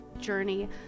journey